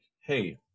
hey